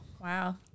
Wow